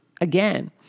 again